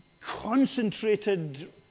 concentrated